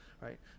right